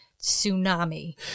tsunami